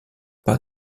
pas